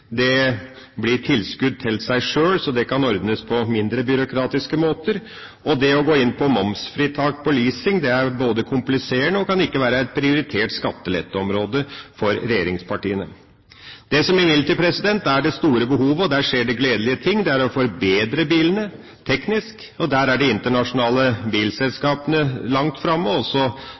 Det blir tilskudd til seg sjøl, så det kan ordnes på mindre byråkratiske måter. Og det å gå inn på momsfritak på leasing er både kompliserende og kan ikke være et prioritert skatteletteområde for regjeringspartiene. Det som imidlertid er det store behovet – og der skjer det gledelige ting – er behovet for å forbedre bilene teknisk. Der er de internasjonale bilselskapene langt framme. Også de som har sitt område i Norge og